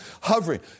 hovering